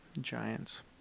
Giants